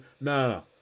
no